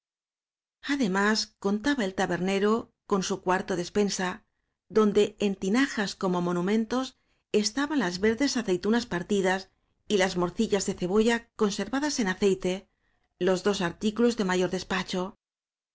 además contaba el tabernero con su cuar to despensa donde en tinajas como monu mentos estaban las verdes aceitunas partidas y las morcillas de cebolla conservadas en acei te los dos artículos de mayor despacho